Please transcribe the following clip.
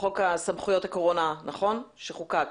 חוק סמכויות הקורונה שחוקק.